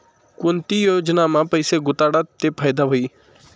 कोणती योजनामा पैसा गुताडात ते फायदा व्हई?